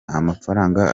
amafaranga